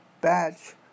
batch